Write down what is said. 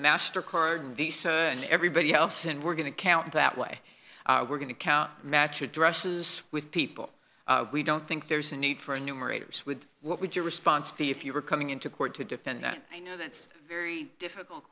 master card and visa and everybody else and we're going to count that way we're going to count match addresses with people we don't think there's a need for numerators with what would your response be if you were coming into court to defend that i know that's a very difficult